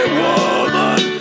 woman